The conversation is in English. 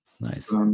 Nice